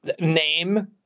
name